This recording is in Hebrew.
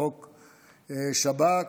בחוק השב"כ,